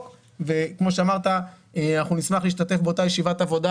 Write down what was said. וכמו שאמרת אנחנו נשמח להשתתף באותה ישיבת עבודה